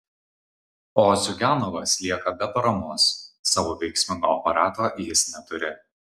o ziuganovas lieka be paramos savo veiksmingo aparato jis neturi